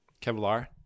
Kevlar